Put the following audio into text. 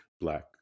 black